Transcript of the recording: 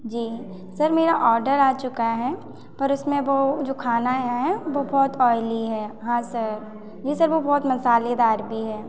जी sir मेरा order आ चुका है पर उसमें वह जो खाना है वह बहुत ऑयली है हाँ सर जी सर वह बहुत मसालेदार भी है